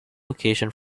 location